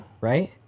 Right